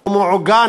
או מעוגן,